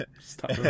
Stop